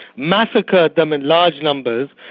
massacred them in large numbers,